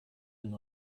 den